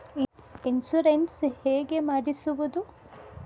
Insurance ಹೇಗೆ ಮಾಡಿಸುವುದು?